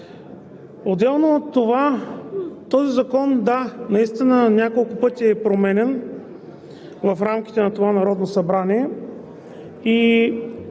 Отделно от това, този закон да, наистина няколко пъти е променян в рамките на това Народно събрание.